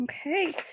okay